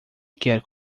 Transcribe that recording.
quer